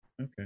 okay